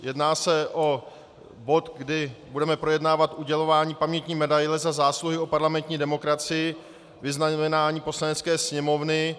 Jedná se o bod, kdy budeme projednávat udělování pamětní medaile Za zásluhy o parlamentní demokracii, vyznamenání Poslanecké sněmovny.